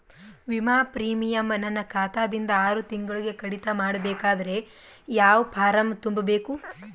ವಿಮಾ ಪ್ರೀಮಿಯಂ ನನ್ನ ಖಾತಾ ದಿಂದ ಆರು ತಿಂಗಳಗೆ ಕಡಿತ ಮಾಡಬೇಕಾದರೆ ಯಾವ ಫಾರಂ ತುಂಬಬೇಕು?